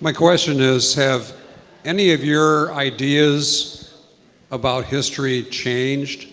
my question is, have any of your ideas about history changed